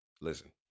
Listen